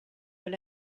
were